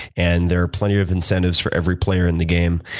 and there are plenty of incentives for every player in the game.